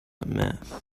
myth